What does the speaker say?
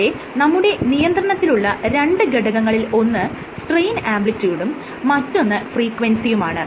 ഇവിടെ നമ്മുടെ നിയന്ത്രണത്തിലുള്ള രണ്ട് ഘടകങ്ങളിൽ ഒന്ന് സ്ട്രെയിൻ ആംപ്ലിട്യൂഡും മറ്റൊന്ന് ഫ്രീക്വൻസിയുമാണ്